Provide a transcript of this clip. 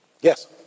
yes